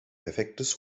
perfektes